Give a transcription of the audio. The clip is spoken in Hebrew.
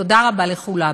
תודה רבה לכולם.